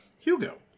Hugo